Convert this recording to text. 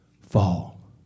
fall